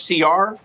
CR